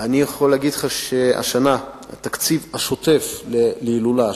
אני יכול להגיד לך שהשנה התקציב השוטף להילולה,